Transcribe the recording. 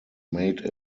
made